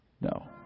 No